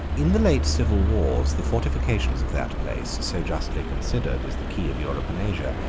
in the late civil wars, the fortifications of that place, so justly considered as the key of europe and asia,